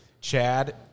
Chad